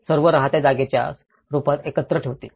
सर्व राहत्या जागेच्या रूपात एकत्र ठेवतील